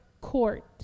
court